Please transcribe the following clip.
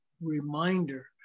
reminder